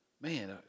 Man